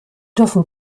dürfen